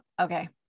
okay